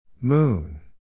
Moon